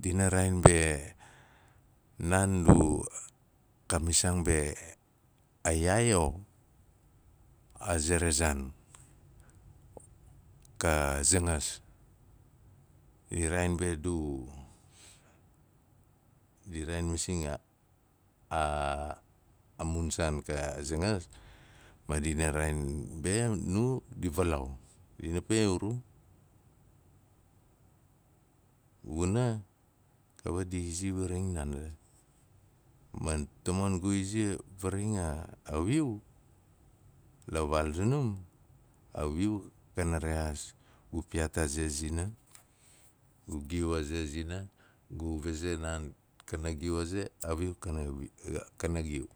Dinaa raain be naan du, ka misaang mbe a yaai o ga ze ra zaan ka zangas, di raain be du, di raain mbe o a, mun saan kaa zangas, dina raain mbe nu, di valaau dina pe iru, vuna kawat di izi varing naan. Man tamon gu izia varing a wiu, la vaal zunum a wiu kana rexaas gu piyaat a ze zina, gu giu a ze zina, gu vase naan kana giu a ze, a wiu kanaa kana giu.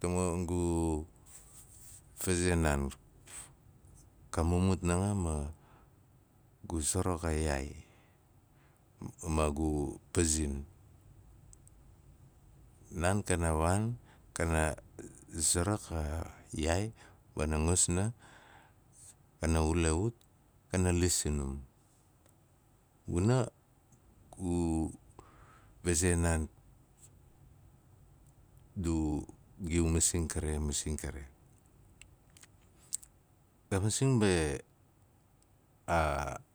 Tamon gu faze naan, ka mumut nanga. Saruk a yaai ma gu pazin, naan kana waan kana zarak a yaai pana ngasna kana ute ut kana las sanam. Vuna gu vase naan gu giu masing karo, masing kare ka masing mbe aa- gu zarak aa-